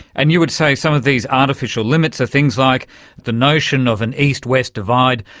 and you would say some of these artificial limits are things like the notion of an east west divide,